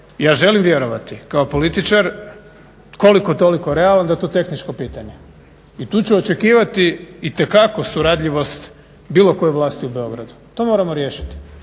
ja želim vjerovati kao političar koliko toliko realno da je to tehničko pitanje. I tu ću očekivati itekako suradljivost bilo koje vlasti u Beogradu, to moramo riješiti.